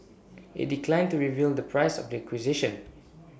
IT declined to reveal the price of the acquisition